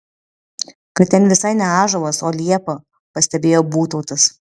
kad ten visai ne ąžuolas o liepa pastebėjo būtautas